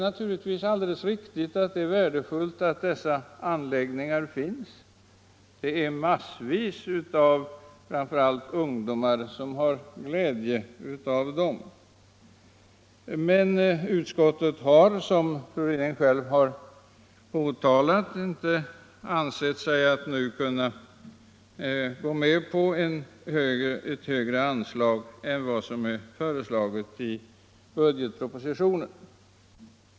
Naturligtvis är det värdefullt att dessa anläggningar finns — det är massvis av människor, framför allt ungdomar, som har glädje av dem. Utskottet har, som fru Ryding själv påpekade, inte ansett sig nu kunna gå med på ett högre anslag än vad som föreslagits i budgetpropositionen.